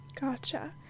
Gotcha